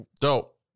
dope